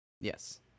Yes